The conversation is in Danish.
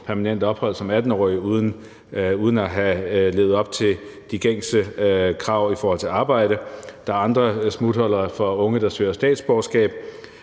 permanent ophold som 18-årig uden at have levet op til de gængse krav i forhold til arbejde. Der er andre smuthuller for unge, der søger statsborgerskab,